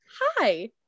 Hi